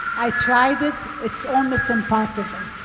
i tried it it's almost impossible.